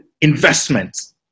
investments